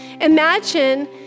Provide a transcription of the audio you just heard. Imagine